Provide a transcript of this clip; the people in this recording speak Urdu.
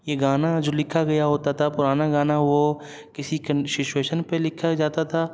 یہ گانا جو لکھا گیا ہوتا تھا پرانا گانا وہ کسی کن سچویشن پہ لکھا جاتا تھا